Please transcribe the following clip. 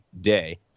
day